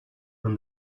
when